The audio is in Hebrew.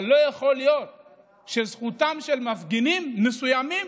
אבל לא יכול להיות שזכותם של מפגינים מסוימים,